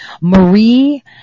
Marie